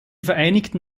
vereinigten